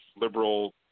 liberal